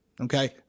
okay